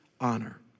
Honor